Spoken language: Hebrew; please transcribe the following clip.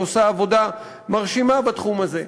שעושה עבודה מרשימה בתחום הזה,